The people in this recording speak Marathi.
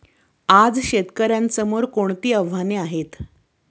आज शेतकऱ्यांसमोर कोणती आव्हाने आहेत?